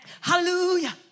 Hallelujah